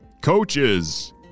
Coaches